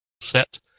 set